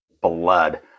blood